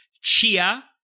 chia